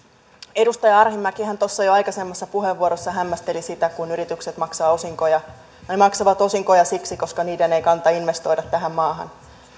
edustaja arhinmäkihän tuossa jo aikaisemmassa puheenvuorossaan hämmästeli sitä kun yritykset maksavat osinkoja ne maksavat osinkoja siksi koska niiden ei kannata investoida tähän maahan